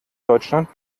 deutschland